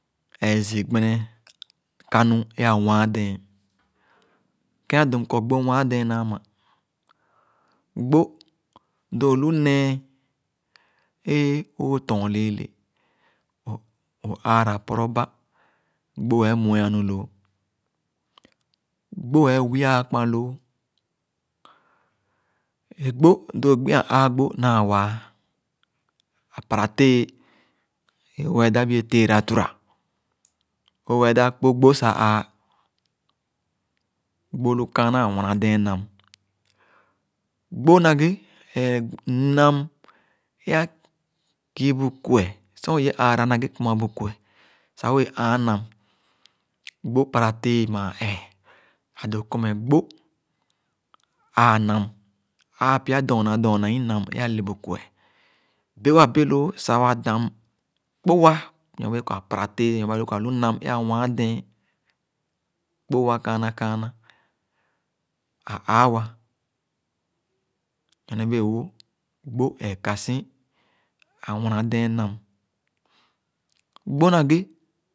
Ẽẽ zii gbenekanu é awãn dèn. Ke-adõõ mkɔ gbó wãn dèn naa ma. Gbó, lo olu nèè é õõtɔn lẽẽlè, o ããra pɔrɔ ba, gbó ẽẽ mue-anu lõõ, gbó ẽẽ wya-a kpãn lòò, è gbó, lõõ gbi a-ãã gbó, naa waa. À para tee, ẽ õõ wee dàp he teera tura, õõ wee dãp kpo gbó sa ãã. Gbó lu kaana anwãnã dèn nam. Gbó na ghẽ, ẽẽ nam ẽ-a kii bu kueh sor õ ye ããra na ghé kumabu kueh sa wee ããn nam. Gbó paratèè mãã ẽẽ ã dõõ kɔ me gbó ãã nam, ãã pya dɔna dɔna inam ẽ ale bu kueh, be wa bè lõõ sa wa dam, kpo wa nɔ bẽẽkɔ ã paratee, nɔ bẽẽkɔ àlu nam ẽ awãn dẽn. Kpo wa kããna, kããna, a ããwa. Nyonebẽẽ-wo, gbó ẽẽ kasi awàna dɛ̃n nam.